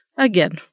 Again